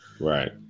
Right